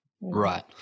Right